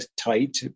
tight